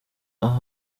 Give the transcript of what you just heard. nibyo